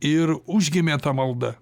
ir užgimė ta malda